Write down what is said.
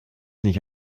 nicht